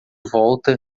volta